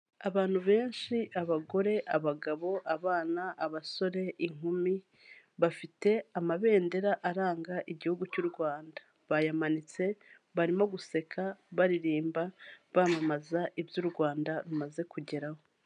Abantu benshi abagore, abagabo, abana, abasore, inkumi, bafite amabendera aranga Igihugu cy'u Rwanda, bayamanitse barimo guseka baririmba bamamaza ibyo u Rwanda rumaze kugeraho.